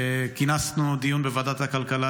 כינסנו דיון בוועדת הכלכלה,